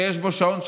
שיש בו שעון שבת,